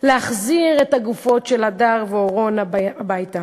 ולהחזיר את הגופות של הדר ואורון הביתה.